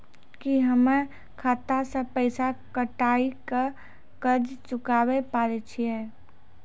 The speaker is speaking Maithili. की हम्मय खाता से पैसा कटाई के कर्ज चुकाबै पारे छियै?